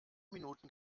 minuten